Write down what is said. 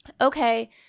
okay